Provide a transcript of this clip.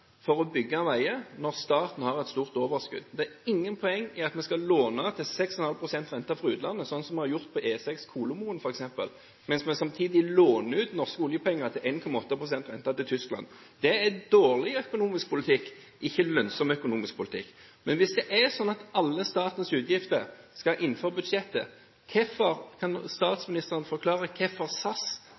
for å bygge veier, når staten har et stort overskudd. Det er ingen poeng i at vi skal låne penger fra utlandet til 6,5 pst. rente – som vi f.eks. har gjort til E6 Kolomoen – mens vi samtidig låner ut norske oljepenger til 1,8 pst. rente til Tyskland. Det er dårlig økonomisk politikk, ikke lønnsom økonomisk politikk. Men hvis det er slik at alle statens utgifter skal dekkes innenfor budsjettet, kan statsministeren da forklare hvorfor SAS